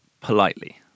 politely